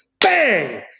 bang